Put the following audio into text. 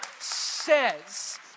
says